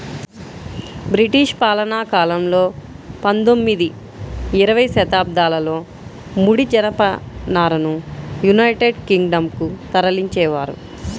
British పాలనాకాలంలో పందొమ్మిది, ఇరవై శతాబ్దాలలో ముడి జనపనారను యునైటెడ్ కింగ్ డం కు తరలించేవారు